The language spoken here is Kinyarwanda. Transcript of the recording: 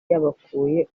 yabakuye